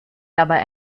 dabei